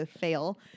fail